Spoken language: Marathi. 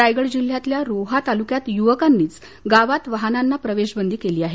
रायगड जिल्ह्यातील रोहा तालुक्यात युवकांनीच गावात वाहनांना प्रवेश बंदी केली आहे